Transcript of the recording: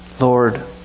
Lord